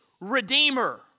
Redeemer